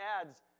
adds